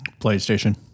PlayStation